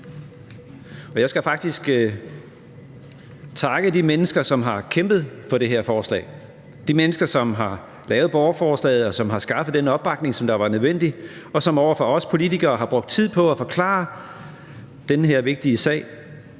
faktisk takke de mennesker, som har kæmpet for det her forslag – de mennesker, som har lavet borgerforslaget, og som har skaffet den opbakning, som var nødvendig, og som over for os politikere har brugt tid på at forklare den her vigtige sag.